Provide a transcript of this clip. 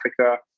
Africa